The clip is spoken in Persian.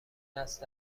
نسل